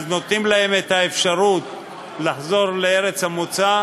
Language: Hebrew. נותנים להם את האפשרות לחזור לארץ המוצא,